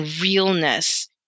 realness